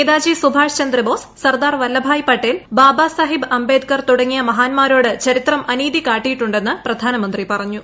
നേതാജി സുഭാഷ് ചന്ദ്ര ബോസ് സർദാർ വല്ലഭായ് പട്ടേൽ ബാബാ സാഹിബ് അംബേദ്കർ തുടങ്ങിയ മഹാന്മാരോട് ചരിത്രം അനീതി കാട്ടിയിട്ടുണ്ടെന്ന് പ്രധാനമന്ത്രി പറഞ്ഞു